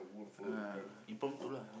uh impromptu lah